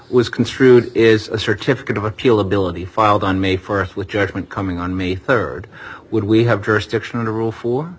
was construed is a certificate of appeal ability filed on may st with judgment coming on me rd would we have jurisdiction or rule for